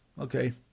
Okay